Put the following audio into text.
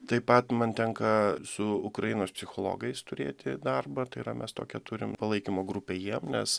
taip pat man tenka su ukrainos psichologais turėti darbą tai yra mes tokią turim palaikymo grupę jiem nes